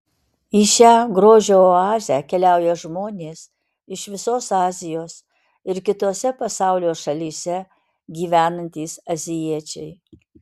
į šią grožio oazę keliauja žmonės iš visos azijos ir kitose pasaulio šalyse gyvenantys azijiečiai